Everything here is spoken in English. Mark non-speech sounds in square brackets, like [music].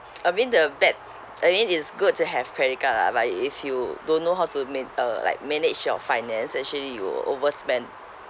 [noise] I mean the bad I mean it's good to have credit card lah but if you don't know how to ma~ uh like manage your finance actually you will overspend